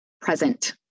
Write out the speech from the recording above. present